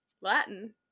Latin